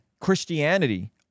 Christianity